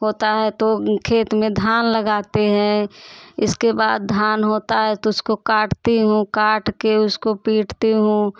होता है तो खेत में धान लगाते हैं इसके बाद धान होता है तो उसको काटती हूँ काट के उसको पीटती हूँ